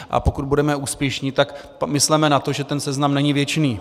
A pokud budeme úspěšní, tak mysleme na to, že ten seznam není věčný.